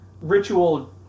ritual